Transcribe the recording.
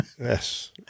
Yes